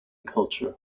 culture